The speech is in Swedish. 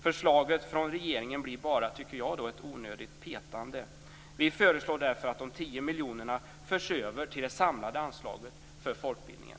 Förslaget från regeringen blir bara ett onödigt petande, tycker jag. Vi föreslår därför att de 10 miljonerna förs över till det samlade anslaget för folkbildningen.